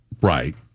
right